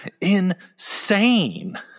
insane